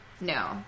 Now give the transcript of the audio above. No